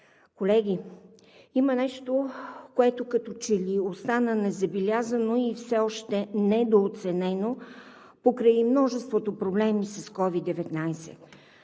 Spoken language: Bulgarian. Колеги, има нещо, което като че ли остана незабелязано и все още недооценено покрай множеството проблеми с COVID-19.